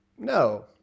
no